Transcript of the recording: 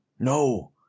No